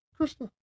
Krista